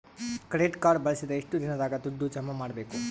Credit card ಬಳಸಿದ ಎಷ್ಟು ದಿನದಾಗ ದುಡ್ಡು ಜಮಾ ಮಾಡ್ಬೇಕು?